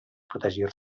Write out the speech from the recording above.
protegir